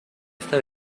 esta